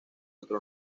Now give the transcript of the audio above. otro